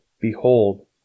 Behold